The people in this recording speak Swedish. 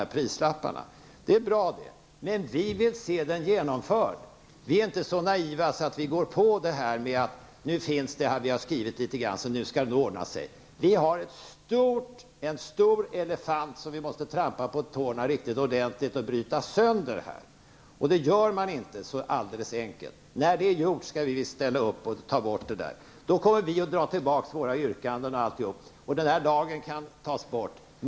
Man började således skriva om lagen och ville att vi i gengäld skulle ändra vår uppfattning i fråga om prismärkningen. Men vi är inte så naiva att vi går på detta. Det finns en stor elefant som vi måste trampa på tårna riktigt ordentligt och bryta sönder. Det är inte så enkelt att göra det, men när det väl är gjort, då går vi med på att ta bort prismärkningen. Då drar vi tillbaka våra yrkanden, och den här dagens debatt kan glömmas.